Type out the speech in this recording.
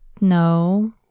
no